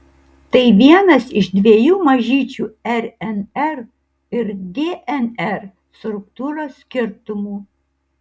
tai vienas iš dviejų mažyčių rnr ir dnr struktūros skirtumų